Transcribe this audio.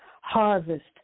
harvest